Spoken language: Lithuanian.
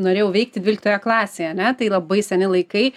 norėjau veikti dvyliktoje klasėje ane tai labai seni laikai